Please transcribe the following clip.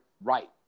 right